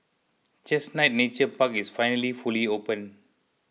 Chestnut Nature Park is finally fully open